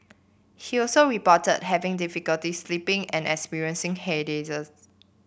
he also reported having difficulty sleeping and experiencing headaches